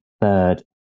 third